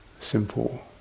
simple